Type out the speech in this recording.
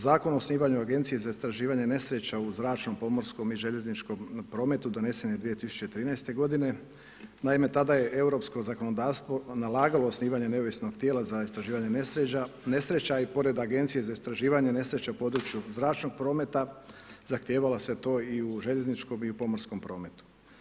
Zakon o osnivanju agencije za istraživanje nesreća u zračnom, pomorskom i željezničkom prometu donesen je 2013. g. Naime tada je europsko zakonodavstvo nalagalo osnivanje neovisnog tijela za istraživanje nesreća i pored agencije za istraživanje nesreća u području zračnog prometa, zahtijevalo se to i u željezničkom i pomorskom prometu.